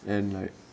and like